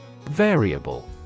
Variable